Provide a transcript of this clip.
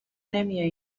نمیایی